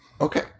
Okay